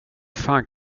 fan